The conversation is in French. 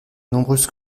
nombreuses